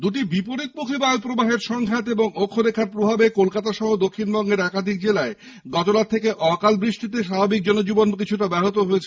দুটি বিপরীতমুখী বায়ুপ্রবাহের সংঘাত এবং অক্ষরেখার প্রভাবে কলকাতা সহ দক্ষিণবঙ্গের একাধিক জেলায় গতরাত থেকে অকালবৃষ্টিতে স্বাভাবিক জনজীবন কিছুটা ব্যাহত হয়েছে